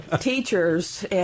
teachers